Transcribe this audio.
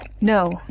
No